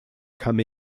come